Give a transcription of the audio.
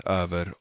över